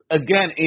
again